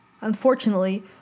Unfortunately